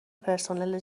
پرسنل